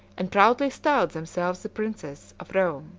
and proudly styled themselves the princes, of rome.